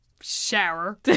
shower